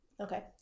Okay